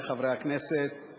אולי לחבר הכנסת כבל יש שיר נוסף,